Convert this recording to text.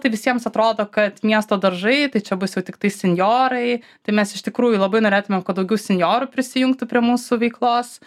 tai visiems atrodo kad miesto daržai tai čia bus jau tiktais senjorai tai mes iš tikrųjų labai norėtumėm kad daugiau senjorų prisijungtų prie mūsų veiklos